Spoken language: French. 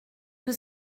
que